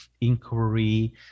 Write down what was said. inquiry